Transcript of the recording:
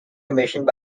commissioned